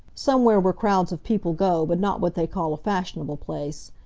somewhere where crowds of people go but not what they call a fashionable place.